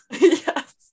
Yes